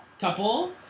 couple